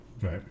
right